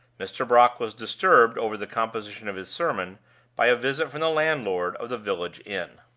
mr. brock was disturbed over the composition of his sermon by a visit from the landlord of the village inn.